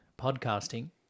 podcasting